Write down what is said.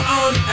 on